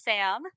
Sam